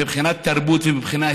מבחינת תרבות ומבחינה היסטורית,